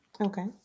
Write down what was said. Okay